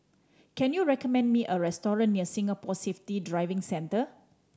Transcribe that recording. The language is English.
can you recommend me a restaurant near Singapore Safety Driving Centre